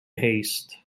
haste